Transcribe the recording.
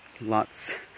lots